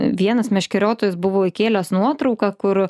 vienas meškeriotojas buvo įkėlęs nuotrauką kur